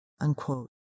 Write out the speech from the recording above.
unquote